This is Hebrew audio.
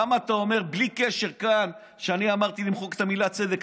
למה אתה אומר בלי קשר כאן שאני אמרתי למחוק את המילה "צדק"?